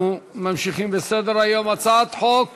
אנחנו ממשיכים בסדר-היום: הצעת חוק